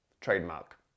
Trademark